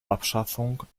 abschaffung